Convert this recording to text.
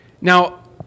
Now